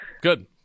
Good